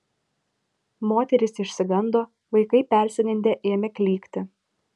moterys išsigando vaikai persigandę ėmė klykti